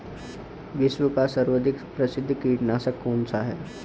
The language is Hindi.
विश्व का सर्वाधिक प्रसिद्ध कीटनाशक कौन सा है?